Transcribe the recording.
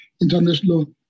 international